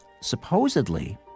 supposedly